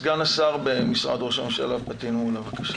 סגן השר במשרד רוה"מ פטין מולא בבקשה.